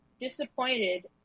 disappointed